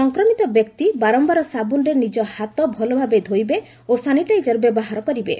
ସଂକ୍ରମିତ ବ୍ୟକ୍ତି ବାରମ୍ଭାର ସାବ୍ରନରେ ନିଜ ହାତ ଭଲଭାବେ ଧୋଇବେ ଓ ସାନିଟାଇଜର ବ୍ୟବହାର କରିବେ